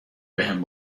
بهم